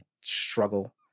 struggle